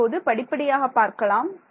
நாம் இப்போது படிப்படியாக பார்க்கலாம்